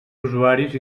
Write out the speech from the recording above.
usuaris